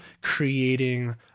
creating